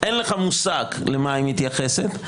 אין לך מושג למה היא מתייחסת,